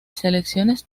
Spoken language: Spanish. selecciones